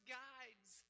guides